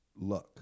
luck